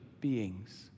beings